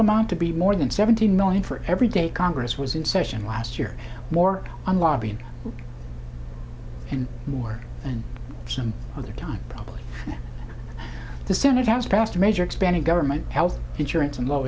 amount to be more than seventeen million for every day congress was in session last year more on lobbying and more and some other time probably the senate has passed a measure expanding government health insurance and low